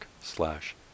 slash